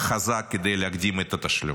חזק כדי להקדים את התשלום.